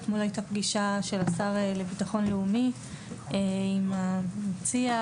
אתמול הייתה פגישה של השר לביטחון לאומי עם המציע,